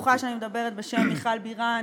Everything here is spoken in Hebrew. אני בטוחה שאני מדברת בשם מיכל בירן,